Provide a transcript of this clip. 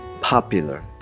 Popular